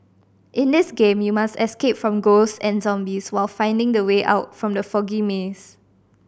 in this game you must escape from ghosts and zombies while finding the way out from the foggy maze